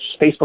Facebook